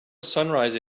sunrise